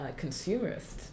consumerist